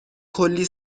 کلی